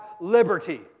liberty